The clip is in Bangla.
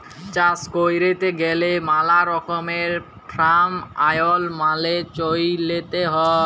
চাষ ক্যইরতে গ্যালে ম্যালা রকমের ফার্ম আইল মালে চ্যইলতে হ্যয়